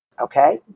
Okay